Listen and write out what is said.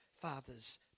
father's